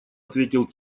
ответил